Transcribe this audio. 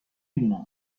دونم